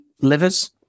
livers